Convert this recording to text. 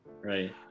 Right